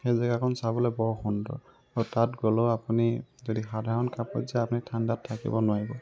সেই জাগাখন চাবলৈ বৰ সুন্দৰ আৰু তাত গ'লেও আপুনি যদি সাধাৰণ কাপোৰত যায় আপুনি ঠাণ্ডাত থাকিব নোৱাৰিব